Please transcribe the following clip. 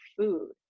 food